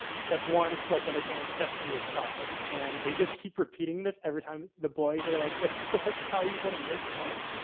step one is collect underpants. step three is profit. and they just keep repeating this every time. the boys are like what? like, how are you gonna make money?